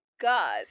God